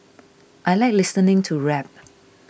I like listening to rap